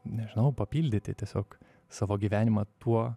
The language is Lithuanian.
nežinau papildyti tiesiog savo gyvenimą tuo